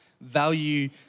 value